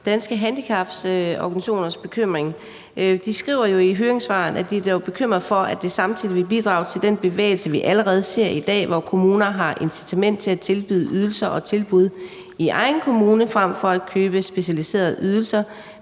Danske Handicaporganisationers bekymring. De skriver jo i høringssvaret: »DH er dog bekymret for, at det samtidig vil bidrage til den bevægelse, vi allerede ser i dag, hvor kommuner har incitament til at tilbyde ydelser og tilbud i egen kommune fremfor at købe specialiserede ydelser